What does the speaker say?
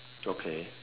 okay